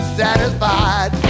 satisfied